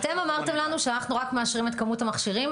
אתם אמרתם לנו שאנחנו רק מאשרים את כמות המכשירים.